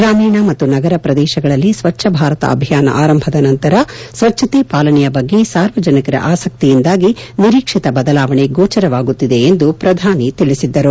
ಗ್ರಾಮೀಣ ಮತ್ತು ನಗರ ಪ್ರದೇಶಗಳಲ್ಲಿ ಸ್ವಚ್ಛ ಭಾರತ ಅಭಿಯಾನ ಆರಂಭದ ನಂತರ ಸ್ವಚ್ಛತೆ ಪಾಲನೆಯ ಬಗ್ಗೆ ಸಾರ್ವಜನಿಕರ ಆಸಕ್ತಿಯಿಂದಾಗಿ ನಿರೀಕ್ಷಿತ ಬದಲಾವಣೆ ಗೋಚರವಾಗುತ್ತಿದೆ ಎಂದು ಪ್ರಧಾನಿ ತಿಳಿಸಿದ್ದರು